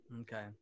Okay